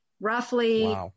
Roughly